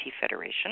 Federation